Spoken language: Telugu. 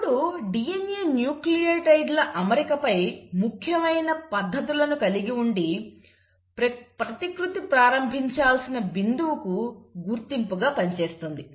ఇప్పుడు DNA న్యూక్లియోటైడ్ల అమరికపై ముఖ్యమైన పద్ధతులను కలిగి ఉండి ప్రతికృతి ప్రారంభించాల్సిన బిందువుకు గుర్తింపుగా పనిచేస్తుంది